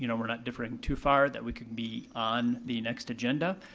you know we're not differing too far, that we could be on the next agenda.